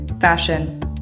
fashion